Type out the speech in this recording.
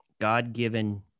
god-given